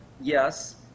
yes